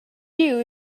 you